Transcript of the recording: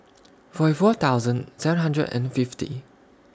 forty four thousand seven hundred and fifty